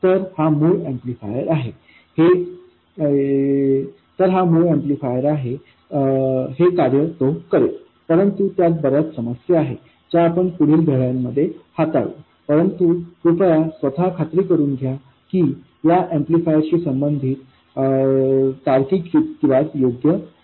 तर हा मूळ ऍम्प्लिफायर आहे हे कार्य करेल परंतु त्यात बर्याच समस्या आहेत ज्या आपण पुढील धड्यांमध्ये हाताळू परंतु कृपया स्वत खात्री करून घ्या की या ऍम्प्लिफायर शी संबंधित तार्किक युक्तिवाद योग्य आहेत